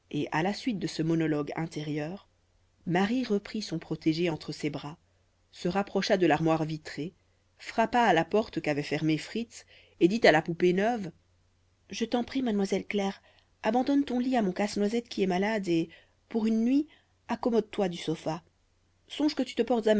à la suite de ce monologue intérieur marie reprit son protégé entre ses bras se rapprocha de l'armoire vitrée frappa à la porte qu'avait fermée fritz et dit à la poupée neuve je t'en prie mademoiselle claire abandonne ton lit à mon casse-noisette qui est malade et pour une nuit accommode toi du sofa songe que tu te portes